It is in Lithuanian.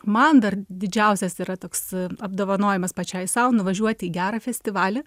man dar didžiausias yra toks apdovanojimas pačiai sau nuvažiuot į gerą festivalį